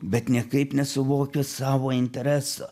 bet niekaip nesuvokia savo intereso